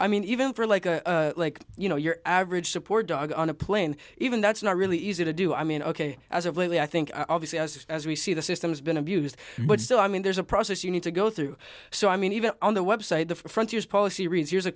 i mean even for like a like you know your average support dog on a plane even that's not really easy to do i mean ok as of lately i think obviously as we see the system has been abused but so i mean there's a process you need to go through so i mean even on the web site the front is policy reads here's a